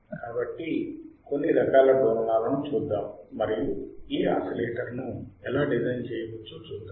కాబట్టి కొన్ని రకాల డోలనాలను చూద్దాం మరియు ఈ ఆసిలేటర్ను ఎలా డిజైన్ చేయవచ్చో చూద్దాం